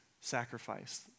sacrifice